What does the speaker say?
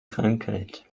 krankheit